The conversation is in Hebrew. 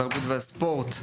התרבות והספורט,